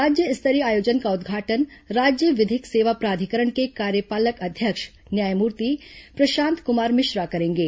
राज्य स्तरीय आयोजन का उद्घाटन राज्य विधिक सेवा प्राधिकरण के कार्यपालक अध्यक्ष न्यायमूर्ति प्रशांत कुमार मिश्रा करेंगे